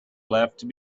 left